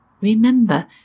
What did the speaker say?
Remember